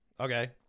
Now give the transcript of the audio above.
Okay